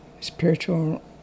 Spiritual